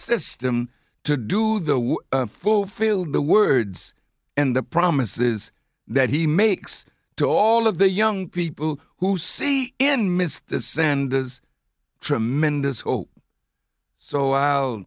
system to do the fulfill the words and the promises that he makes to all of the young people who see in mr sanders tremendous hope so i